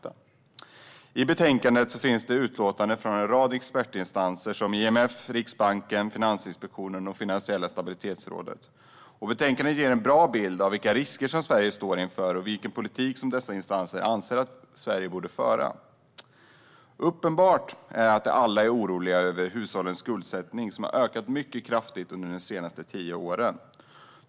I betänkandet finns utlåtanden från en rad expertinstanser som IMF, Riksbanken, Finansinspektionen och Finansiella stabilitetsrådet. Betänkandet ger en bra bild av vilka risker Sverige står inför och vilken politik som dessa instanser anser att Sverige borde föra. Uppenbart är att de alla är oroliga över hushållens skuldsättning som har ökat mycket kraftigt under de senaste tio åren.